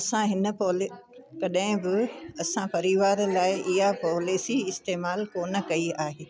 असां हिन पॉलिसी कॾहिं बि असां परिवार लाइ इहा पॉलिसी इस्तेमालु कोन कई आहे